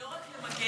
לא רק למגר,